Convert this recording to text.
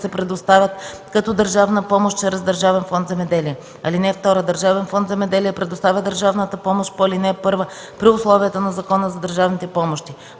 се предоставят като държавна помощ чрез Държавен фонд „Земеделие”. (2) Държавен фонд „Земеделие” предоставя държавната помощ по ал. 1 при условията на Закона за държавните помощи.